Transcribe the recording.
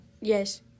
Yes